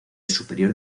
superior